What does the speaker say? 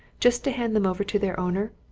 just to hand them over to their owner?